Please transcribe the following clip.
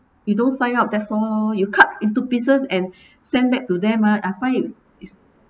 you don't sign up that's all lor you cut into pieces and send back to them ah I find is